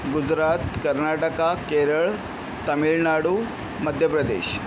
Gujarat Karnataka Kerala Tamil Nadu Madhya Pradesh